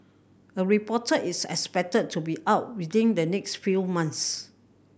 a reporter is expected to be out within the next few months